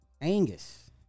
Angus